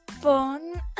fun